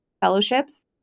fellowships